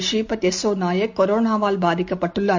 ஸ்ரீபத் யசோநாயக் கோரானாவால் பாதிக்கப்பட்டுள்ளார்